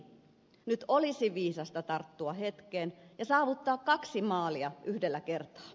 nyt olisi viisasta tarttua hetkeen ja saavuttaa kaksi maalia yhdellä kertaa